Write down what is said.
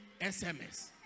sms